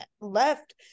left